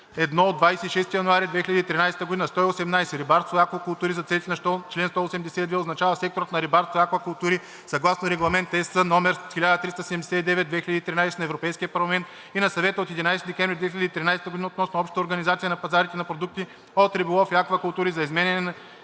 25/1 от 26 януари 2013 г.). 118. „Рибарство и аквакултури“ за целите на чл. 182 означава секторът на рибарството и аквакултурите съгласно Регламент (ЕС) № 1379/2013 на Европейския парламент и на Съвета от 11 декември 2013 година относно общата организация на пазарите на продукти от риболов и аквакултури, за изменение на